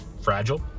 fragile